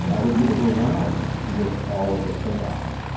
and i would be overwhelmed with all of the chaos.